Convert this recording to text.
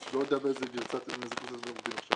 אני לא יודע באיזו גרסה אתם קוראים עכשיו.